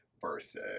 birthday